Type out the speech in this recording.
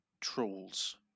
Trolls